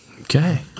Okay